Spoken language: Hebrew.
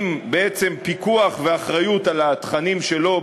עם פיקוח ואחריות על התכנים שלו,